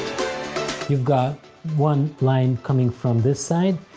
you've got one line coming from this side.